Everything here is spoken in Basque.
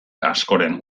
askoren